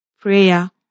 prayer